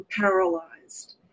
paralyzed